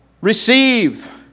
Receive